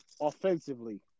offensively